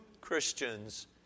Christians